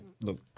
look